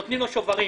נותנים לו שוברים.